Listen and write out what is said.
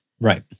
Right